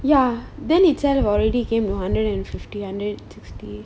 ya then he said we have already came to hundred and fifty hundred and sixty